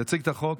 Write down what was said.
יציג את החוק.